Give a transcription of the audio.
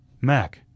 Mac